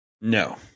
No